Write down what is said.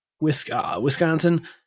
Wisconsin